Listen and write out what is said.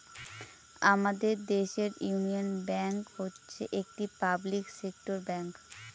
আমাদের দেশের Union Bank হচ্ছে একটি পাবলিক সেক্টর ব্যাঙ্ক